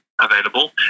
available